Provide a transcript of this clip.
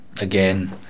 Again